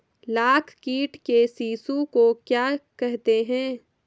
लाख कीट के शिशु को क्या कहते हैं?